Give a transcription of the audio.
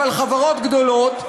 אבל חברות גדולות,